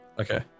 okay